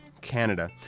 Canada